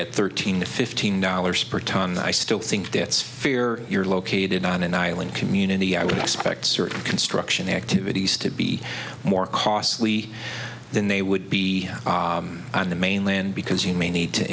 at thirteen to fifteen dollars per ton i still think that's fear you're located on an island community i would expect certain construction activities to be more costly than they would be on the mainland because you may need to